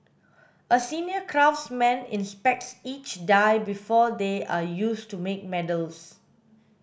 a senior craftsman inspects each die before they are used to make medals